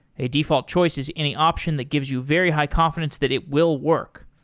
a default choice is any option that gives you very high confidence that it will work.